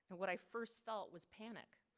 what i first felt was panic.